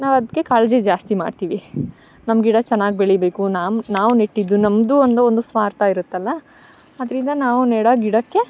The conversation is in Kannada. ನಾವು ಅದ್ಕೆ ಕಾಳಜಿ ಜಾಸ್ತಿ ಮಾಡ್ತೀವಿ ನಮ್ಮ ಗಿಡ ಚೆನ್ನಾಗಿ ಬೆಳಿಬೇಕು ನಮ್ಮ ನಾವು ನೆಟ್ಟಿದು ನಮ್ದು ಅನ್ನೋ ಒಂದು ಸ್ವಾರ್ಥ ಇರುತ್ತಲ್ಲ ಅದರಿಂದ ನಾವು ನೆಡೋ ಗಿಡಕ್ಕೆ